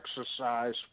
exercise